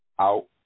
out